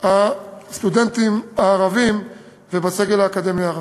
הסטודנטים הערבים ובסגל האקדמי הערבי.